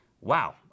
Wow